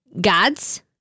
gods